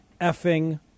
effing